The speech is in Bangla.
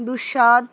দুশাদ